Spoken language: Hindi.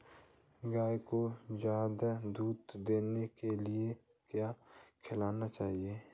गाय को ज्यादा दूध देने के लिए क्या खिलाना चाहिए?